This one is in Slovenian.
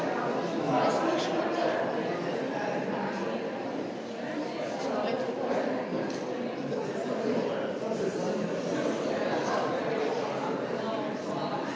hvala.